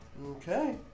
okay